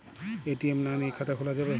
ATM না নিয়ে খাতা খোলা যাবে?